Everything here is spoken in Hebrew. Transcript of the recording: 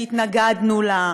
שהתנגדנו לה,